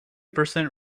percent